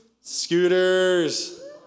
Scooters